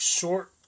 short